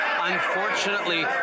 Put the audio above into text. Unfortunately